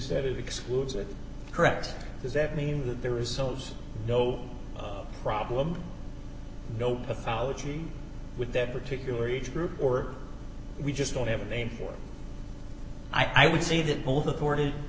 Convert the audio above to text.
it excludes it correct does that mean that there is souls no problem no pathology with that particular age group or we just don't have a name for it i would say the both according